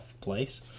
place